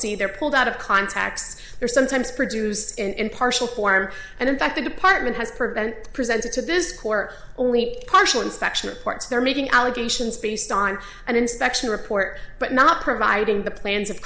c they're pulled out of contacts they're sometimes produce in partial horror and in fact the department has prevented presented to this court only partial inspection reports they're making allegations based on an inspection report but not providing the plans of